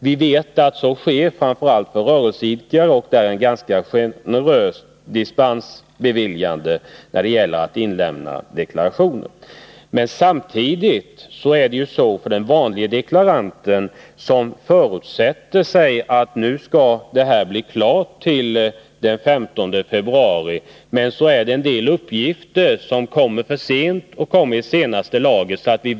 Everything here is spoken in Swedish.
Vi vet att många gör det, framför allt rörelseidkare, vilkas ansökningar också behandlas ganska generöst. Men samtidigt är det ju så för den vanlige deklaranten som föresätter sig att deklarationen skall bli klar till den 15 februari, att en del uppgifter och blanketter som är nödvändiga kommer alltför sent.